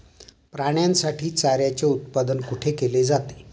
प्राण्यांसाठी चाऱ्याचे उत्पादन कुठे केले जाते?